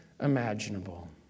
imaginable